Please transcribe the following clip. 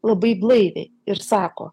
labai blaiviai ir sako